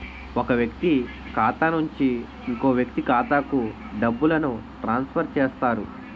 ఒక వ్యక్తి ఖాతా నుంచి ఇంకో వ్యక్తి ఖాతాకు డబ్బులను ట్రాన్స్ఫర్ చేస్తారు